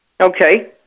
Okay